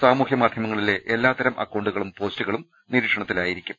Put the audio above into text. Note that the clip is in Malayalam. സാമൂഹ്യ മാധ്യമങ്ങളിലെ എല്ലാ തരം അക്കൌണ്ടുകളും പോസ്റ്റുകളും നിരീക്ഷണത്തിലായിരിക്കും